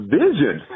vision